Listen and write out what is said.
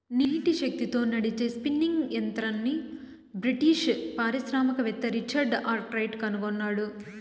నీటి శక్తితో నడిచే స్పిన్నింగ్ యంత్రంని బ్రిటిష్ పారిశ్రామికవేత్త రిచర్డ్ ఆర్క్రైట్ కనుగొన్నాడు